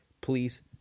Please